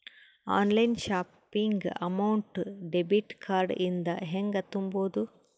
Online shopping amount debit card ಇಂದ ಹೆಂಗ್ ತುಂಬೊದು?